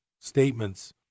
statements